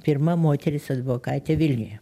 pirma moteris advokatė vilniuje